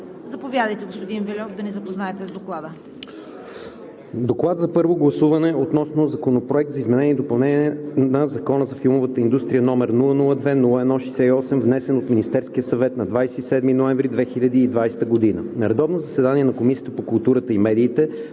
Заповядайте, господин Вельов, да ни запознаете с Доклада. ДОКЛАДЧИК КАЛИН ВЕЛЬОВ: „ДОКЛАД за първо гласуване относно Законопроект за изменение и допълнение на Закона за филмовата индустрия, № 002-01-68, внесен от Министерския съвет на 27 ноември 2020 г. На редовно заседание на Комисията по културата и медиите,